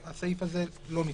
הסעיף הזה לא נצרך.